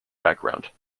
background